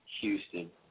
Houston